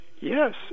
Yes